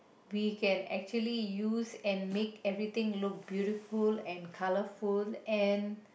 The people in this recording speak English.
we can actually use and make everything look beautiful and colourful and